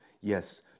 Yes